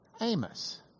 Amos